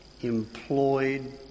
employed